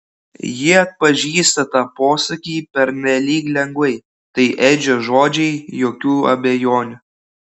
ji atpažįsta tą posakį pernelyg lengvai tai edžio žodžiai jokių abejonių